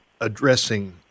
addressing